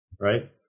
right